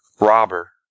robber